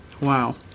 Wow